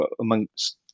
amongst